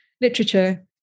literature